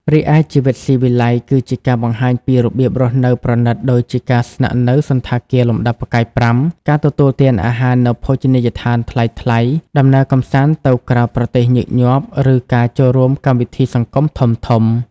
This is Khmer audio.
រីឯជីវិតស៊ីវិល័យគឺជា ការបង្ហាញពីរបៀបរស់នៅប្រណីតដូចជាការស្នាក់នៅសណ្ឋាគារលំដាប់ផ្កាយប្រាំ ការទទួលទានអាហារនៅភោជនីយដ្ឋានថ្លៃៗ ដំណើរកម្សាន្តទៅក្រៅប្រទេសញឹកញាប់ ឬការចូលរួមកម្មវិធីសង្គមធំៗ។